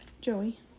Joey